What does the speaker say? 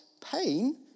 pain